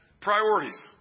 priorities